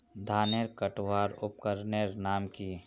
धानेर कटवार उपकरनेर नाम की?